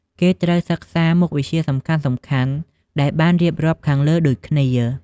គេត្រូវសិក្សមុខវិជ្ជាសំខាន់ៗដែលបានរៀបរាប់ខាងលើដូចគ្នា។